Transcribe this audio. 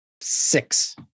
six